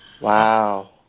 Wow